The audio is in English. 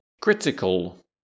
Critical